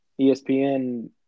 ESPN